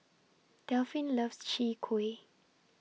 Delphin loves Chwee Kueh